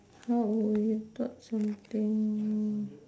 how you thought something